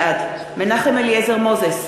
בעד מנחם אליעזר מוזס,